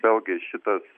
vėlgi šitas